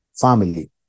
family